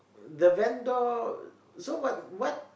the vendor so what what